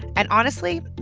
and honestly,